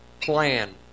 plan